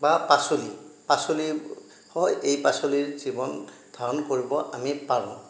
বা পাচলি পাচলি হয় এই পাচলিৰ জীৱন ধাৰণ কৰিব আমি পাৰোঁ